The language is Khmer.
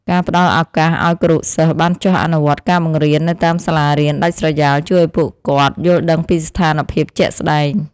ការផ្តល់ឱកាសឱ្យគរុសិស្សបានចុះអនុវត្តការបង្រៀននៅតាមសាលារៀនដាច់ស្រយាលជួយឱ្យពួកគាត់យល់ដឹងពីស្ថានភាពជាក់ស្តែង។